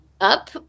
up